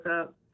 up